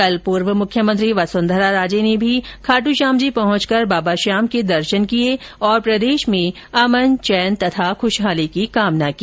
कल पूर्व मुख्यमंत्री वसुंधरा राजे ने भी खाटूश्यामजी पहुंचकर बाबा श्याम के दर्शन किये और प्रदेश में अमन चैन तथा खुशहाली की कामना की